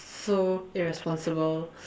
so irresponsible